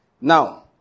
Now